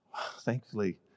Thankfully